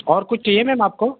और कुछ चाहिए मैम आपको